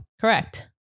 Correct